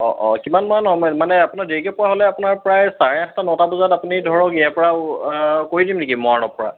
অঁ অঁ কিমানমান ন মানে আপোনাৰ দেৰিকৈ পোৱা হ'লে আপোনাৰ প্ৰায় চাৰে আঠটা নটা বজাত আপুনি ধৰক ইয়াৰ পৰা কৰি দিম নেকি মৰাণৰ পৰা